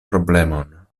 problemon